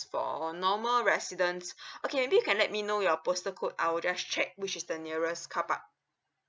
for normal residents okay maybe you can let me know your postal code I will just check which is the nearest carpark